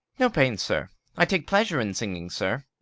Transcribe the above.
no pains, sir i take pleasure in singing, sir.